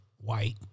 white